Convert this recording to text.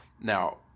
Now